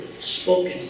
spoken